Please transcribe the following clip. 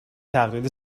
تقلید